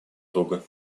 друга